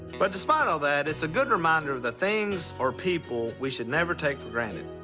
but despite all that, it's a good reminder of the things, or people, we should never take for granted.